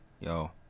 yo